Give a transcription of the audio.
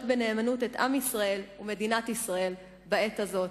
בנאמנות את עם ישראל ומדינת ישראל בעת הזאת.